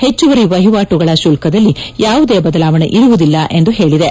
ಹೆಚ್ಸುವರಿ ವಹಿವಾಟುಗಳ ಶುಲ್ಲಗಳಲ್ಲಿ ಯಾವುದೇ ಬದಲಾವಣೆ ಇರುವುದಿಲ್ಲ ಎಂದು ಹೇಳಿದೆ